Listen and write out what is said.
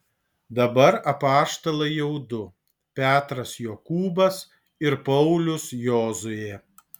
dabar apaštalai jau du petras jokūbas ir paulius jozuė